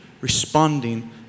responding